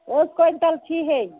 کٔژ کوینٛٹل چھِی ہیٚنۍ